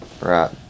Right